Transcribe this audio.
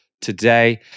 today